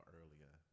earlier